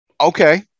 Okay